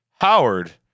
Howard